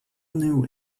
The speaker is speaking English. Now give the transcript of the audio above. knew